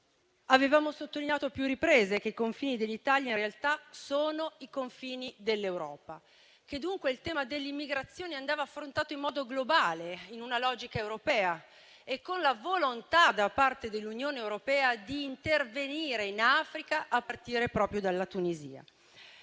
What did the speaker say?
Avevamo sottolineato a più riprese che i confini dell'Italia in realtà sono i confini dell'Europa e che dunque il tema dell'immigrazione andava affrontato in modo globale, in una logica europea e con la volontà da parte dell'Unione europea di intervenire in Africa, a partire proprio dalla Tunisia.